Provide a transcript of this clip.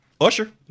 Usher